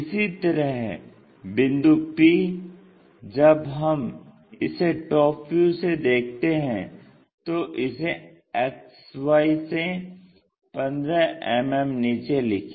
इसी तरह बिंदु p जब हम इसे टॉप व्यू से देखते हैं तो इसे XY से 15 मिमी नीचे लिखें